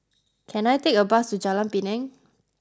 can I take a bus to Jalan Pinang